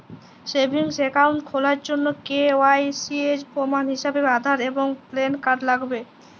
savings account খোলার জন্য KYC এর প্রমাণ হিসেবে আধার এবং প্যান কার্ড লাগবে